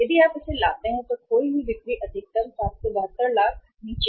यदि आप इसे लाते हैं तो खोई हुई बिक्री अधिकतम है जो 772 लाख है नीचे